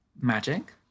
magic